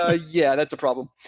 ah yeah, that's a problem.